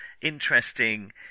interesting